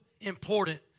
important